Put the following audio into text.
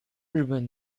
日本